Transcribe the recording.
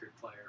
player